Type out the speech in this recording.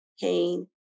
pain